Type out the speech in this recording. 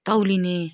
तौलिने